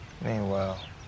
Meanwhile